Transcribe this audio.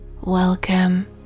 Welcome